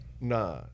Nah